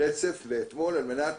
דנים ברצף מאתמול על מנת